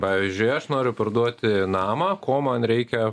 pavyzdžiui aš noriu parduoti namą ko man reikia